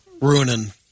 ruining